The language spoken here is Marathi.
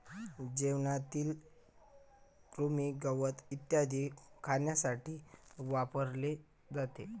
जेवणातील कृमी, गवत इत्यादी खाण्यासाठी वापरले जाते